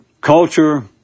culture